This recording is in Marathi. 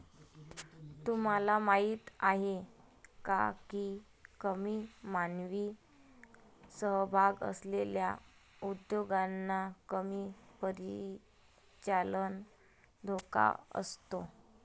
तुम्हाला माहीत आहे का की कमी मानवी सहभाग असलेल्या उद्योगांना कमी परिचालन धोका असतो?